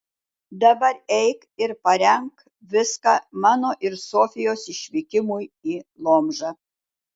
dabar eik ir parenk viską mano ir sofijos išvykimui į lomžą